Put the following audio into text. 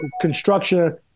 construction